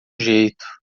jeito